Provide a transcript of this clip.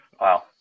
wow